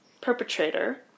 perpetrator